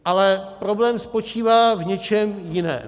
Ale problém spočívá v něčem jiném.